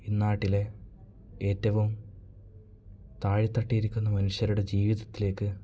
ഇന്നാട്ടിലെ ഏറ്റവും താഴെ തട്ടിലിരിക്കുന്ന മനുഷ്യരുടെ ജീവിതത്തിലേക്ക്